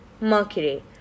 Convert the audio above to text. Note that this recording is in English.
mercury